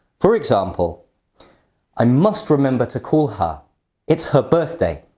for example i must remember to call her it's her birthday.